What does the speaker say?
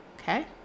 Okay